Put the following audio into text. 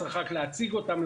צריך רק להציג אותם,